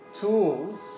tools